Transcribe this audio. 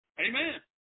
Amen